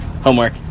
Homework